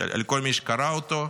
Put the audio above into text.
לכל מי שקרא אותו,